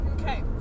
Okay